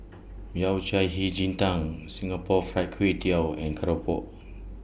Yao Cai Hei Ji Tang Singapore Fried Kway Tiao and Keropok